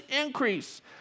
increase